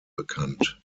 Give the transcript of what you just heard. bekannt